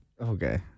Okay